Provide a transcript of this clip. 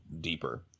deeper